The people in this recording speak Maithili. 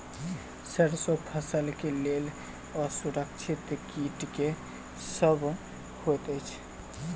सैरसो फसल केँ लेल असुरक्षित कीट केँ सब होइत अछि?